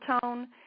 tone